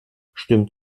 stimmt